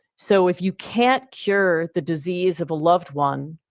so if you can't cure the disease of a loved one,